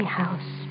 house